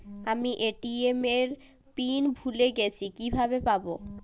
আমি এ.টি.এম এর পিন ভুলে গেছি কিভাবে পাবো?